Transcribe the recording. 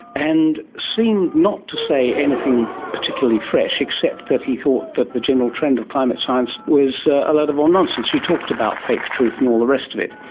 and seemed not to say anything particularly fresh except that he thought that the general trend of climate science was a load of old nonsense. you talked about fake truth and all the rest of it.